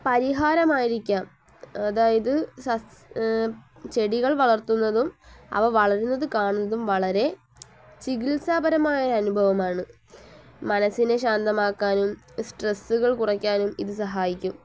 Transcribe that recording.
പരിഹാരമായിരിക്കാം അതായത് ചെടികൾ വളർത്തുന്നതും അവ വളരുന്നത് കാണുന്നതും വളരെ ചികിത്സാപരമായ അനുഭവമാണ് മനസ്സിനെ ശാന്തമാക്കാനും സ്ട്രെസ്സുകൾ കുറയ്ക്കാനും ഇത് സഹായിക്കും